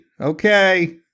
okay